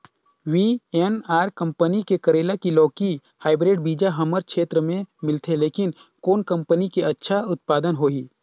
VNR company के करेला की लौकी हाईब्रिड बीजा हमर क्षेत्र मे मिलथे, लेकिन कौन कंपनी के अच्छा उत्पादन होही?